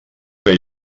que